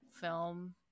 film